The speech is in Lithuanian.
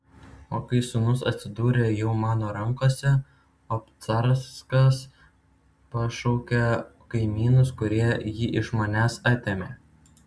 o kai sūnus atsidūrė jau mano rankose obcarskas pašaukė kaimynus kurie jį iš manęs atėmė